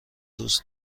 دوست